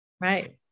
Right